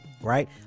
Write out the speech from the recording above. Right